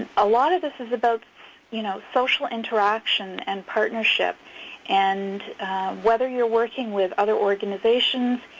a lot of this is about you know social interaction and partnership and whether you're working with other organizations,